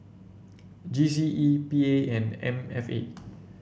G C E P A and M F A